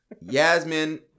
Yasmin